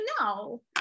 no